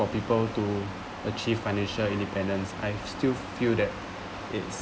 for people to achieve financial independence I still feel that it's